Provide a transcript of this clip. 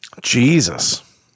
Jesus